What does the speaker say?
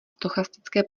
stochastické